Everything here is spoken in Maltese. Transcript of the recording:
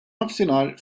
nofsinhar